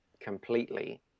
completely